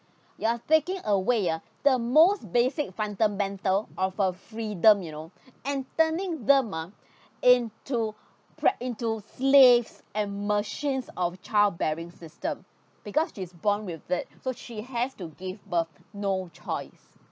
you're taking away ah the most basic fundamental of a freedom you know and turning them ah into preg~ into slaves and machines of childbearing system because she is born with it so she has to give birth no choice